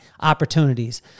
opportunities